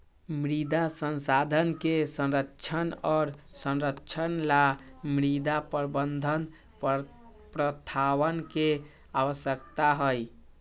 मृदा संसाधन के संरक्षण और संरक्षण ला मृदा प्रबंधन प्रथावन के आवश्यकता हई